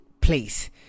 place